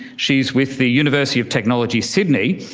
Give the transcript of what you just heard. she's with the university of technology, sydney.